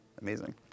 Amazing